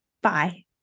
Bye